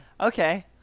Okay